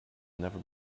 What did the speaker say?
never